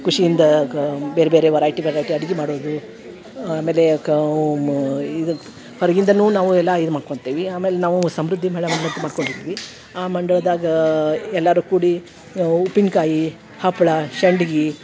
ಖುಷಿಯಿಂದ ಗಾ ಬೇರೆ ಬೇರೆ ವೆರೈಟಿ ವೆರೈಟಿ ಅಡ್ಗೆ ಮಾಡೋದು ಆಮೇಲೆ ಕಾ ಇದು ಹೊರಗಿಂದಲೂ ನಾವು ಎಲ್ಲ ಇದು ಮಾಡ್ಕೊತೆವಿ ಆಮೇಲೆ ನಾವು ಸಮೃದ್ಧಿ ಮಹಿಳಾ ಮಂಡಳಿ ಅಂತ ಮಾಡಿಕೊಂಡಿದ್ವಿ ಆ ಮಂಡಳದಾಗ ಎಲ್ಲರೂ ಕೂಡಿ ಉಪ್ಪಿನಕಾಯಿ ಹಪಾಲ ಸಂಡಿಗಿ